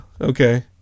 Okay